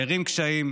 הערים קשיים,